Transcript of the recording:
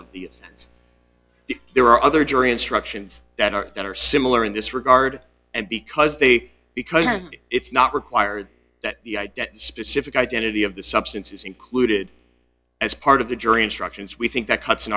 of the there are other jury instructions that are that are similar in this regard and because they because it's not required that the identity specific identity of the substance is included as part of the jury instructions we think that cuts in